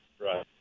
Right